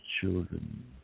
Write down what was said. children